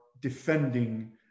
defending